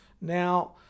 Now